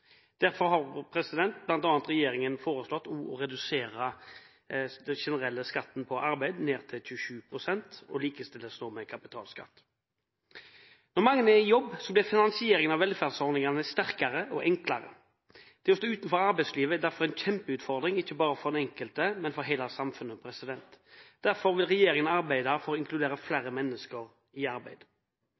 Derfor har regjeringen bl.a. foreslått å redusere den generelle skatten på arbeid til 27 pst. og dermed likestille den med kapitalskatten. Når mange er i jobb, blir finansieringen av velferdsordningene sterkere og enklere. Det å stå utenfor arbeidslivet er derfor en kjempeutfordring – ikke bare for den enkelte, men for hele samfunnet. Derfor vil regjeringen arbeide for å inkludere flere mennesker i